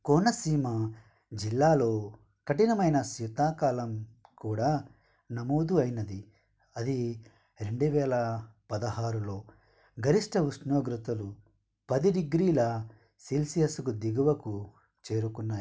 కోనసీమ జిల్లాల్లో కఠినమైన శీతాకాలం కూడా నమోదు అయినది అది రెండు వేల పదహారులో గరిష్ట ఉష్ణోగ్రతలు పది డిగ్రీల సెల్సియస్ దిగువకు చేరుకున్నాయి